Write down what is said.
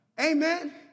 Amen